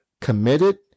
committed